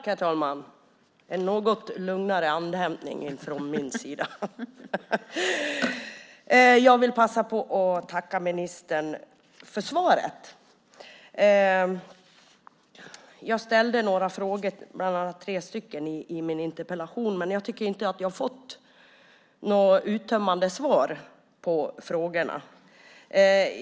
Herr talman! Jag vill tacka ministern för svaret. Jag ställde tre frågor i min interpellation men tycker inte att jag fått något uttömmande svar på frågorna.